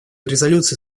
резолюций